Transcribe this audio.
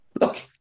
look